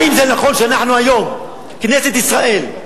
האם זה נכון שאנחנו היום, כנסת ישראל,